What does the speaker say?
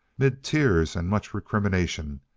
mid tears and much recrimination,